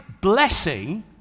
blessing